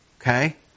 Okay